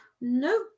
no